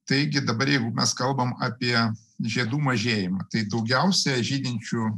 taigi dabar jeigu mes kalbam apie žiedų mažėjimą tai daugiausia žydinčių